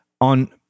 on